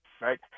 right